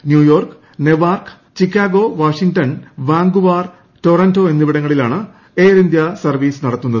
New York Newark Chicago Washington Vancouver Toronto എന്നിവിടങ്ങളിലാണ് air India service നടത്തുന്നത്